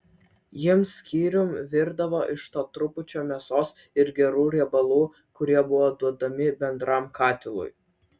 jiems skyrium virdavo iš to trupučio mėsos ir gerų riebalų kurie buvo duodami bendram katilui